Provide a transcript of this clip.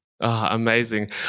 Amazing